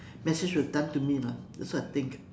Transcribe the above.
message was done to me lah that's what I think